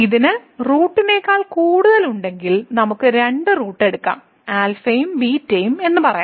ഇതിന് റൂട്ടിനേക്കാൾ കൂടുതലുണ്ടെങ്കിൽ നമുക്ക് രണ്ട് റൂട്ട് എടുക്കാം ആൽഫയും ബീറ്റയും എന്ന് പറയാം